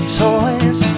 toys